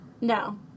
No